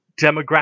demographic